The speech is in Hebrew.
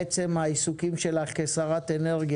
16 בפברואר 2022. על סדר היום: